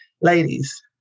ladies